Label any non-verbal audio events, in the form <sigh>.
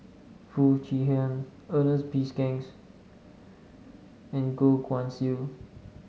Foo Chee Han Ernest P <unintelligible> and Goh Guan Siew